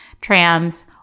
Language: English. trams